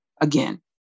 again